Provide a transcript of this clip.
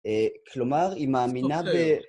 כלומר, היא מאמינה ב...